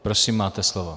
Prosím, máte slovo.